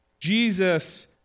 Jesus